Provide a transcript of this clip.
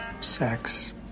sex